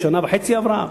שנה וחצי עברה?